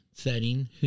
Setting